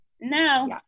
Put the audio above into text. no